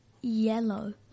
yellow